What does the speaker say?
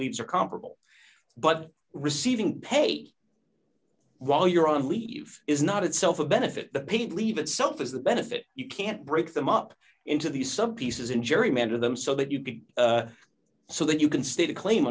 leads are comparable but receiving pay while you're on leave is not itself a benefit the paid leave itself is the benefit you can't break them up into the some pieces in gerrymandered them so that you can so that you can stay to claim